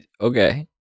okay